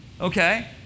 okay